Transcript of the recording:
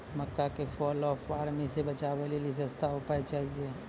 मक्का के fall of army से बचाबै लेली सस्ता उपाय चाहिए?